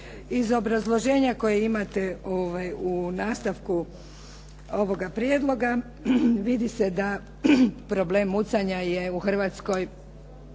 Iz obrazloženja koje imate u nastavku ovoga prijedloga vidi se da problem mucanja je u Hrvatskoj